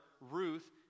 Ruth